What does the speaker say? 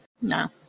No